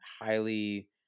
Highly